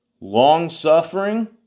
long-suffering